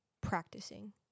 practicing